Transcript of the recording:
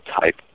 type